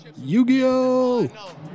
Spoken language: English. Yu-Gi-Oh